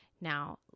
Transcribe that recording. Now